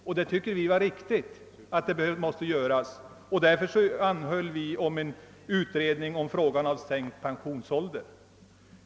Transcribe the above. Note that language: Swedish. '» Vi anser att detta är riktigt och därför anhöll vi om en utredning av frågan om sänkt pensionsålder.